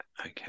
Okay